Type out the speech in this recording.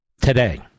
Today